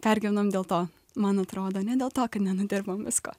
pergyvenam dėlto man atrodo ne dėl to kad nenudirbam visko